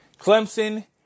Clemson